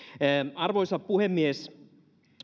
arvoisa puhemies